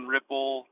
Ripple